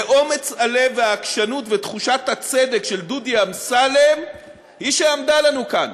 ואומץ הלב והעקשנות ותחושת הצדק של דודי אמסלם הם שעמדו לנו כאן.